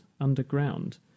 underground